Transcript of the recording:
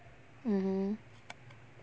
mmhmm